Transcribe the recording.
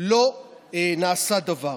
לא נעשה דבר.